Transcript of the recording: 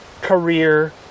career